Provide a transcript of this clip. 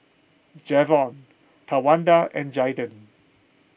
Javon Tawanda and Jaiden